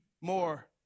more